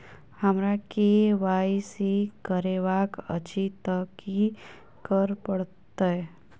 हमरा केँ Y C करेवाक अछि तऽ की करऽ पड़तै?